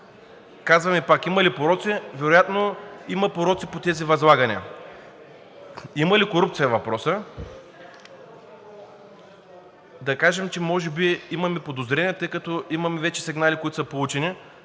казваме пак, има ли пороци, вероятно има пороци по тези възлагания. Има ли корупция, е въпросът? Да кажем, че може би имаме подозрения, тъй като имаме вече сигнали, които са получени.